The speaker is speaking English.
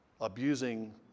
abusing